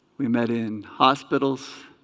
we met in hospitals